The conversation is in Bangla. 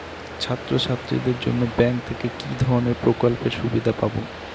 ছাত্রছাত্রীদের জন্য ব্যাঙ্ক থেকে কি ধরণের প্রকল্পের সুবিধে পাবো?